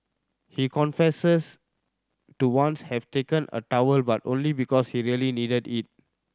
he confessors to once have taken a towel but only because he really needed it